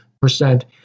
percent